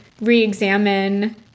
re-examine